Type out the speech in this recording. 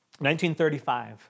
1935